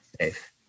safe